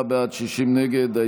54 בעד, 60 נגד.